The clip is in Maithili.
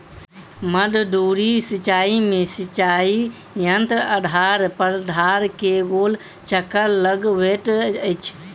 मध्य धुरी सिचाई में सिचाई यंत्र आधार प्राधार के गोल चक्कर लगबैत अछि